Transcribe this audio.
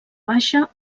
baixa